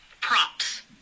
props